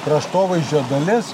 kraštovaizdžio dalis